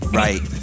right